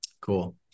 Cool